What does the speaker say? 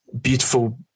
beautiful